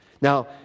Now